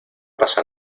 pasa